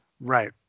Right